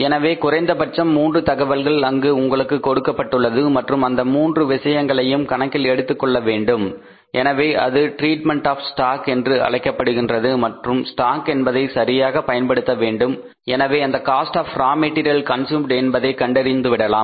எனவே குறைந்தபட்சம் 3 தகவல்கள் அங்கு உங்களுக்கு கொடுக்கப்பட்டுள்ளது மற்றும் அந்த மூன்று விஷயங்களையும் கணக்கில் எடுத்துக் கொள்ள வேண்டும் எனவே அது ட்ரீட்மென்ட் ஆப் ஸ்டாக் என்று அழைக்கப்படுகின்றது மற்றும் ஸ்டாக் என்பதை சரியாக பயன்படுத்த வேண்டும் எனவே அந்த cost of raw material consumed என்பதை கண்டறிந்துவிடலாம்